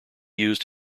used